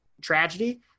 tragedy